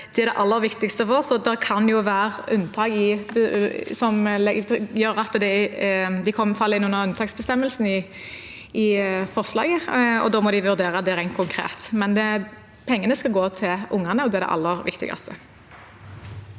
Det er det aller viktigste for oss. Det kan jo være unntak, som gjør at disse faller inn under unntaksbestemmelsen i forslaget, og da må man vurdere det rent konkret, men pengene skal gå til ungene, og det er det aller viktigste.